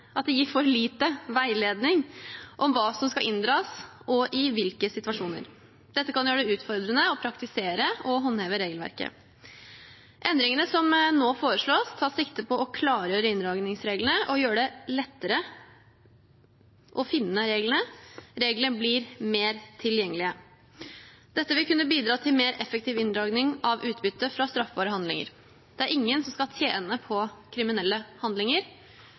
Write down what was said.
veiledning om hva som skal inndras, og i hvilke situasjoner. Dette kan gjøre det utfordrende å praktisere og håndheve regelverket. Endringene som nå foreslås, tar sikte på å klargjøre inndragningsreglene og gjøre det lettere å finne reglene. Reglene blir mer tilgjengelige. Dette vil kunne bidra til mer effektiv inndragning av utbytte fra straffbare handlinger. Det er ingen som skal tjene på kriminelle handlinger.